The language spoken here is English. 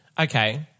Okay